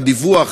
את הדיווח,